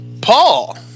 Paul